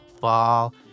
Fall